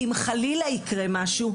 כי אם חלילה יקרה משהו,